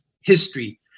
history